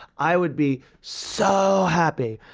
i would be so happy.